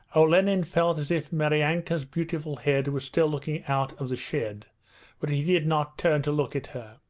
olenin felt as if maryanka's beautiful head was still looking out of the shed but he did not turn to look at her.